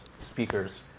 speakers